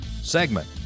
segment